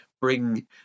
bring